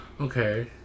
Okay